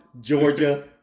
Georgia